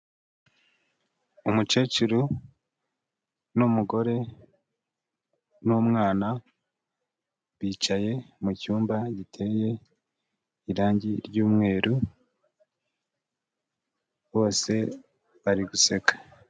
Umukecuru n'umugore n'umwana, bicaye mu cyumba giteye irangi ry'umweru, bose bari guseka.